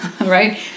right